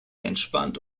entspannt